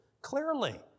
clearly